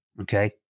okay